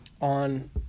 on